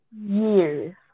years